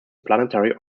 planetary